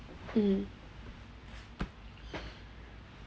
mm